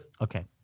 Okay